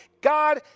God